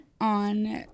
on